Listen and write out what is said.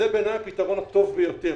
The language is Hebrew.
זה בעיניי הפתרון הטוב ביותר.